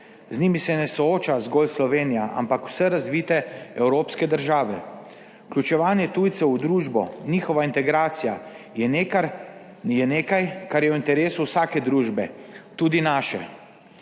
Z njimi se ne sooča zgolj Slovenija, ampak vse razvite evropske države. Vključevanje tujcev v družbo, njihova integracija, je nekaj, kar je v interesu vsake družbe, tudi naše.